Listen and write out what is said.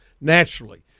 naturally